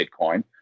Bitcoin